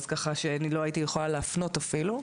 אז ככה שאני לא הייתי יכולה להפנות אפילו.